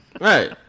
Right